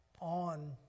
on